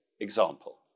example